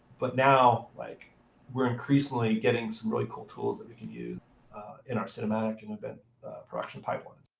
but now like we're increasingly getting some really cool tools that we can use in our cinematic and event production pipelines.